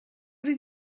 did